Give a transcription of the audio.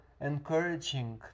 encouraging